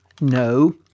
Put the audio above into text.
No